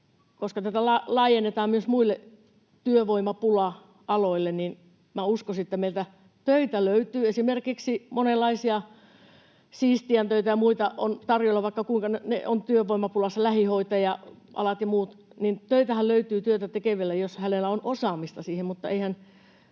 koska tätä laajennetaan myös muille työvoimapula-aloille, niin minä uskoisin, että meiltä töitä löytyy, esimerkiksi monenlaisia siistijän töitä ja muita on tarjolla vaikka kuinka, lähihoitaja-ala ja muut. Ne ovat työvoimapulassa. Töitähän löytyy työtä tekevälle, jos hänellä on osaamista siihen. Mutta eihän